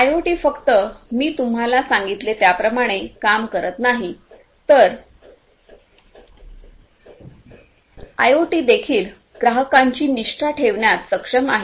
IoT फक्त मी तुम्हाला सांगितले त्याप्रमाणेच काम करत नाही तर आयओटी देखील ग्राहकांची निष्ठा वाढविण्यात सक्षम आहे